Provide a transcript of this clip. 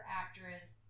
actress